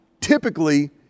typically